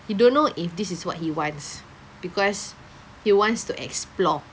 he don't know if this is what he wants because he wants to explore